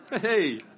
Hey